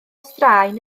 straen